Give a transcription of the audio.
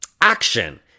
action